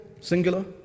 Singular